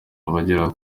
abagera